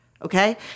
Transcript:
Okay